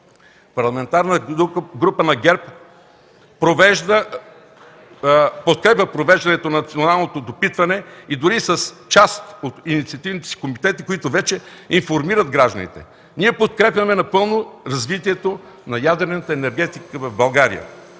Парламентарната група на ГЕРБ подкрепя провеждането на националното допитване и дори с част от инициативните си комитети, които вече информират гражданите, ние подкрепяме напълно развитието на ядрената енергетика в България.